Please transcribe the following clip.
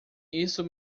isso